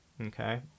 okay